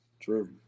True